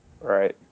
right